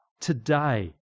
today